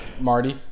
Marty